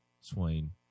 Swain